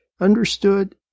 understood